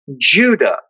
Judah